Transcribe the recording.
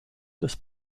des